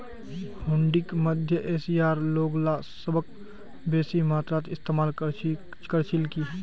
हुंडीक मध्य एशियार लोगला सबस बेसी मात्रात इस्तमाल कर छिल की